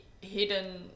hidden